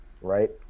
right